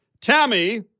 Tammy